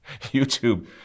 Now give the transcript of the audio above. YouTube